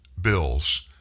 bills